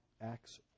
Acts